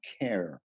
care